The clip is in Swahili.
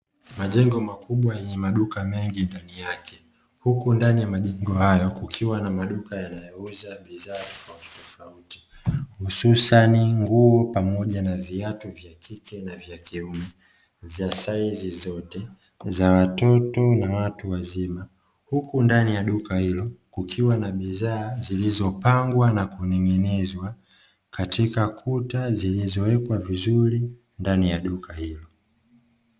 Majengo makubwa yenye maduka mengi ndani yake huku ndani ya majengo hayo kukiwa na maduka yanayouza bidhaa tofauti tofauti hususani nguo, pamoja na viatu vya kike, na vya kiume vya saizi zote za watoto na watu wazima, huku ndani ya duka hilo kukiwa na bidhaa zilizopangwa na kuning'inizwa katika kuta zilizowekwa vizuri ndani ya duka hilo.